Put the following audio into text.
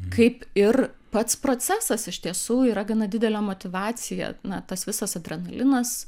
kaip ir pats procesas iš tiesų yra gana didelė motyvacija na tas visas adrenalinas